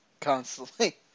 Constantly